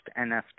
NFT